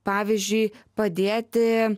pavyzdžiui padėti